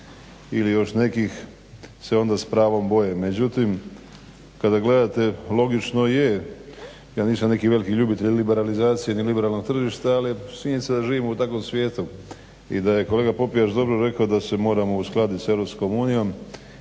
ili još nekih se onda s pravom boje. Međutim kada gledate logično je, ja nisam neki veliki ljubitelj liberalizacije ni liberalnog tržišta, ali čini mi se živim u takvom svijetu i da je kolega Popijač dobro rekao da se moramo uskladit s EU